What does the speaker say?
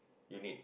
you need